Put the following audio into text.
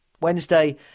Wednesday